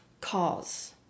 cause